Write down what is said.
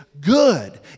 good